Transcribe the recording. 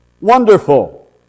Wonderful